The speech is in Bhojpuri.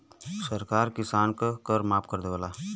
सरकार किसान क कर माफ कर देवला